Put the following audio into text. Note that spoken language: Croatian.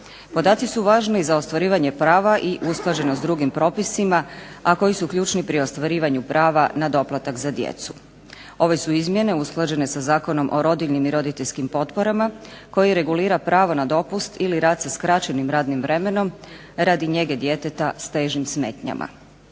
Podaci su važni za ostvarivanje prava i usklađenost s drugim propisima, a koji su ključni pri ostvarivanju prava na doplatak za djecu. Ove su izmjene usklađene sa Zakonom o rodiljnim i roditeljskim potporama koje regulira pravo na dopust ili rad sa skraćenim radnim vremenom radi njege djeteta sa težim smetnjama.